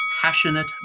Passionate